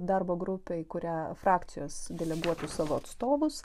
darbo grupė į kurią frakcijos deleguotų savo atstovus